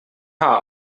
haar